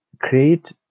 create